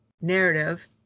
narrative